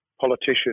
politician